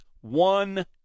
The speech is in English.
one